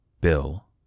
Bill